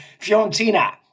Fiorentina